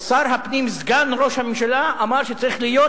שר הפנים, סגן ראש הממשלה, אמר שצריכות להיות